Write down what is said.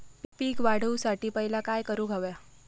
पीक वाढवुसाठी पहिला काय करूक हव्या?